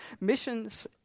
missions